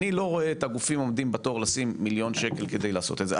אני לא רואה את הגופים עומדים בתור לשים מיליון שקל כדי לעשות את זה,